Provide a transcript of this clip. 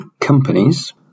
companies